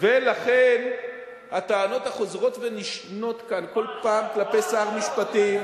ולכן הטענות החוזרות והנשנות כאן כל פעם כלפי שר המשפטים,